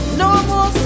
normal